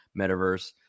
metaverse